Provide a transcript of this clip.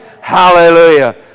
hallelujah